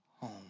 home